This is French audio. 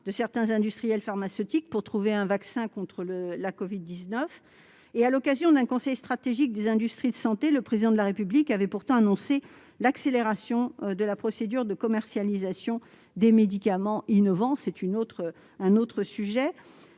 de certains industriels pharmaceutiques pour trouver un vaccin contre la covid-19. À l'occasion d'un Conseil stratégique des industries de santé (CSIS), le Président de la République avait pourtant annoncé l'accélération de la procédure de commercialisation des médicaments innovants. C'est un autre sujet,